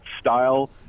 style